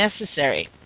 necessary